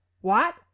What